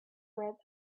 through